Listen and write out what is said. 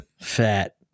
Fat